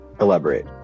Elaborate